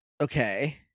Okay